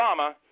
obama